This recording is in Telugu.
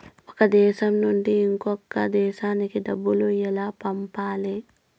ఒక దేశం నుంచి ఇంకొక దేశానికి డబ్బులు ఎలా పంపాలి?